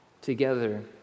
together